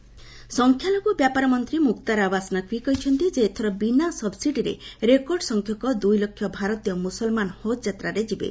ନକ୍ଭି ହଜ୍ ସଂଖ୍ୟାଲଘୁ ବ୍ୟାପାର ମନ୍ତ୍ରୀ ମୁକ୍ତାର ଆବାସ ନକ୍ତି କହିଛନ୍ତି ଯେ ଏଥର ବିନା ସବ୍ସିଡିରେ ରେକର୍ଡ୍ ସଂଖ୍ୟକ ଦୂଇ ଲକ୍ଷ ଭାରତୀୟ ମୁସଲମାନ ହଜ୍ ଯାତ୍ରାରେ ଯିବେ